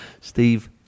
Steve